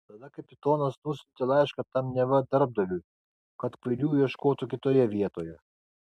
tada kapitonas nusiuntė laišką tam neva darbdaviui kad kvailių ieškotų kitoje vietoje